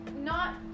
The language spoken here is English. Not-